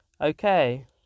Okay